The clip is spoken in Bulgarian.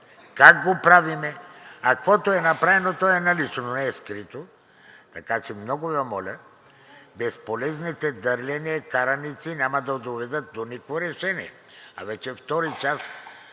как го правим?“ А каквото е направено, то е налично, не е скрито, така че много Ви моля, безполезните дърления, караници няма да доведат до никакво решение, а вече втори час